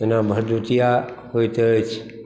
जेना भ्रातृद्वितिया होइत अछि